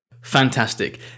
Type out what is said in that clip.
fantastic